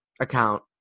account